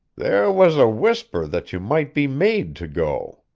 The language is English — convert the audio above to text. there was a whisper that you might be made to go.